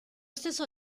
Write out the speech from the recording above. stesso